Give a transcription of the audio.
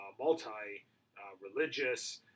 multi-religious